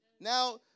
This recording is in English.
now